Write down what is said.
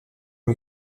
ont